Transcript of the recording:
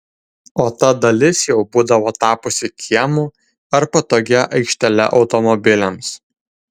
o ta dalis jau būdavo tapusi kiemu ar patogia aikštele automobiliams